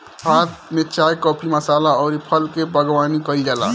भारत में चाय, काफी, मसाला अउरी फल के बागवानी कईल जाला